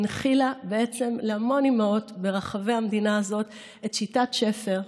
היא הנחילה להמון אימהוֹת ברחבי המדינה הזאת את שיטת שפר,